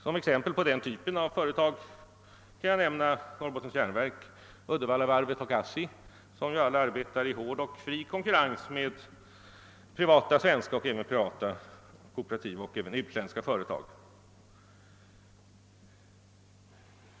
Som exempel på den typen av företag kan jag nämna Norrbottens järnverk, Uddevaliavarvet och ASSI, som alla arbetar i hård och fri konkurrens med svenska och utländska privata företag.